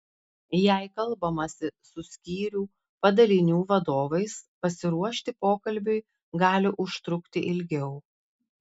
jei kalbamasi su skyrių padalinių vadovais pasiruošti pokalbiui gali užtrukti ilgiau